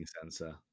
Sensor